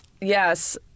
Yes